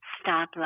stop